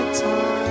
time